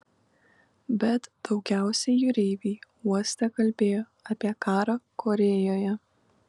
bet daugiausiai jūreiviai uoste kalbėjo apie karą korėjoje